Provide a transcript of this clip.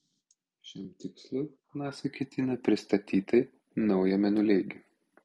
šiam tikslui nasa ketina pristatyti naują mėnuleigį